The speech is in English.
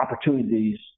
opportunities